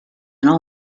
nou